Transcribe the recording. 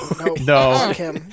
No